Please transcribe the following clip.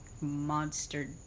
monster